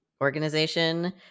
organization